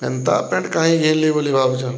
ଏନ୍ତା ପ୍ୟାଣ୍ଟ୍ କାହିଁ ଘିନ୍ଲି ବୋଲି ଭାବୁଛେଁ